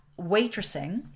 waitressing